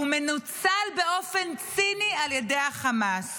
הוא מנוצל באופן ציני על ידי חמאס.